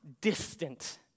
distant